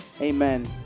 Amen